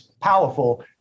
powerful